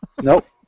Nope